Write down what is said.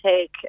take